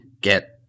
get